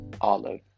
Olive